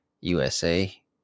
USA